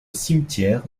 cimetière